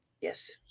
Yes